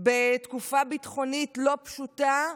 בתקופה ביטחונית לא פשוטה,